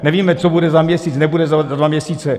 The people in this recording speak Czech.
Nevíme, co bude za měsíc, nebude za dva měsíce.